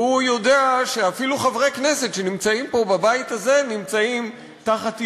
והוא יודע שאפילו חברי כנסת שנמצאים פה בבית הזה נמצאים תחת איומים.